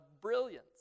brilliance